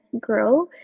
grow